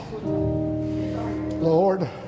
Lord